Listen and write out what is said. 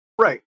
right